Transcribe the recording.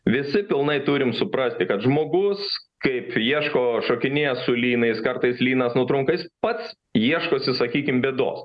visi pilnai turime suprasti kad žmogus kaip ieško šokinėja su lynais kartais lynas nutrunka jis pats ieškosi sakykim bėdos